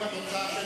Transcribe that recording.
והוא בא ועושה לנו